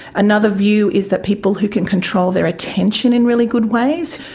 another view is that people who can control their attention in really good ways,